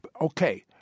Okay